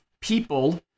people